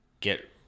get